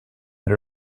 that